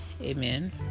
Amen